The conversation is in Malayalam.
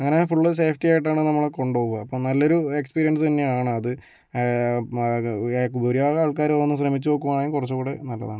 അങ്ങനെ ഫുള്ള് സേഫ്റ്റി ആയിട്ടാണ് നമ്മളെ കൊണ്ട് പോവുക അപ്പം നല്ലൊരു എക്സ്പീരിയൻസ് തന്നെയാണ് അത് ഭൂരിഭാഗം ആൾക്കാരൊന്ന് ശ്രമിച്ച് നോക്കുവാണെങ്കിൽ കുറച്ച് കൂടെ നല്ലതാണ്